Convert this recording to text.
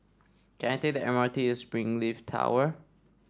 can I take the M R T to Springleaf Tower